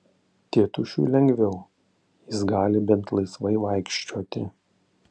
tėtušiui lengviau jis gali bent laisvai vaikščioti